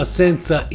senza